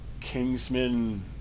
kingsman